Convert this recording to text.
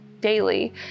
daily